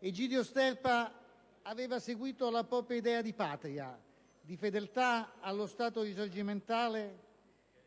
Egidio Sterpa aveva seguito la propria idea di Patria, di fedeltà allo Stato risorgimentale